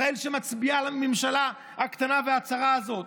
ישראל שמצביעה לממשלה הקטנה והצרה הזאת,